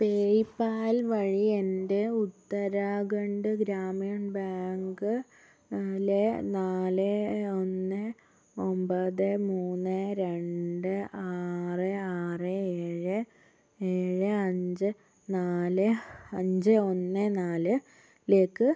പേയ്പാൽവഴി എൻ്റെ ഉത്തരാഖണ്ഡ് ഗ്രാമീൺ ബാങ്ക് ലെ നാല് ഒന്ന് ഒൻപത് മൂന്ന് രണ്ട് ആറ് ആറ് ഏഴ് ഏഴ് അഞ്ച് നാല് അഞ്ച് ഒന്ന് നാല് ലേക്ക്